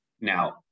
Now